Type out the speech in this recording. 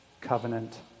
covenant